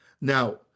now